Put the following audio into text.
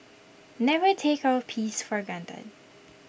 never take our peace for granted